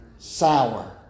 Sour